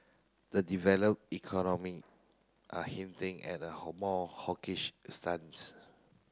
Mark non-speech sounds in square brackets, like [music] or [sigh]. the develop economy are hinting at a [unintelligible] more hawkish stance